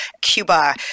Cuba